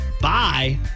Bye